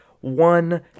one